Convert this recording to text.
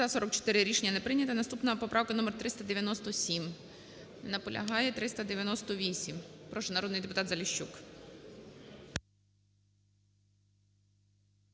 За-44 Рішення не прийнято. Наступна поправка - номер 397. Не наполягає. 398. Прошу, народний депутат Заліщук.